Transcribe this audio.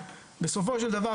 בסופו של דבר,